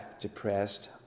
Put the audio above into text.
depressed